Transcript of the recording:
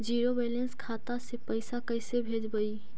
Zero balance खाता से पैसा कैसे भेजबइ?